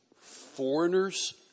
foreigners